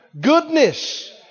goodness